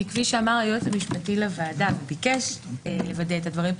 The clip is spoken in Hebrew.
כי כפי שהיועץ המשפטי לוועדה ביקש לוודא את הדברים,